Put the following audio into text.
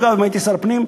אגב, אם הייתי שר הפנים,